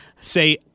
say